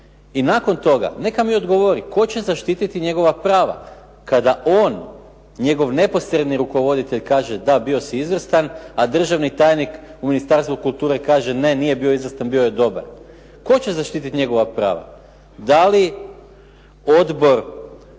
I nakon toga neka mi odgovori tko će zaštititi njegova prava kada on, njegov neposredni rukovoditelj kaže da, bio si izvrstan, a državni tajnik u Ministarstvu kulture kaže ne, nije bio izvrstan, bio je dobar. Tko će zaštitit njegova prava? Da li Odbor